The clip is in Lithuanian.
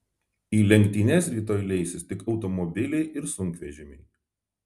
į lenktynes rytoj leisis tik automobiliai ir sunkvežimiai